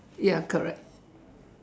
ya correct